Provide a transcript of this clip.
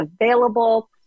available